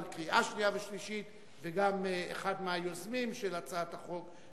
קריאה שנייה ושלישית וגם אחד מהיוזמים של הצעת החוק,